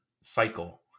cycle